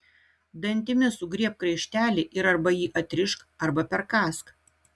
dantimis sugriebk raištelį ir arba jį atrišk arba perkąsk